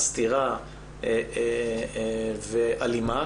מסתירה ואלימה,